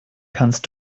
kannst